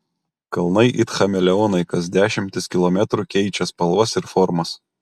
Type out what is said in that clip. kalnai it chameleonai kas dešimtis kilometrų keičia spalvas ir formas